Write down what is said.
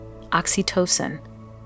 oxytocin